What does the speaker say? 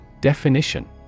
Definition